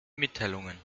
mitteilungen